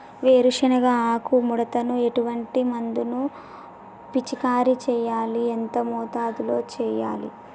వేరుశెనగ ఆకు ముడతకు ఎటువంటి మందును పిచికారీ చెయ్యాలి? ఎంత మోతాదులో చెయ్యాలి?